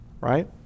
right